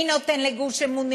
מי נותן לגוש-אמונים,